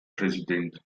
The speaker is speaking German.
präsident